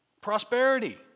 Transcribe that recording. Prosperity